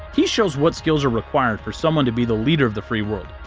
he shows what skills are required for someone to be the leader of the free world.